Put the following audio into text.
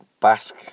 Basque